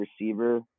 receiver